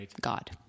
God